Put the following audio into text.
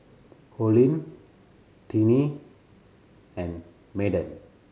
Olene Tinie and Madden